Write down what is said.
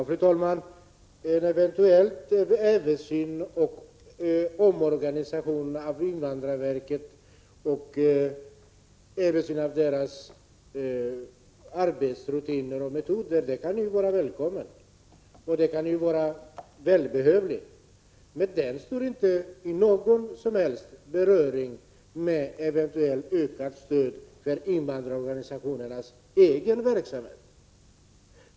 Fru talman! En omorganisation av invandrarverket och även en översyn av dess arbetsrutiner och metoder kan vara välkommen och välbehövlig, men detta har inte någon som helst beröring med frågan om eventuellt ökat stöd till invandrarorganisationernas egen verksamhet.